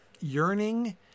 yearning